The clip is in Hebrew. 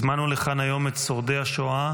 הזמנו לכאן היום את שורדי השואה